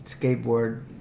skateboard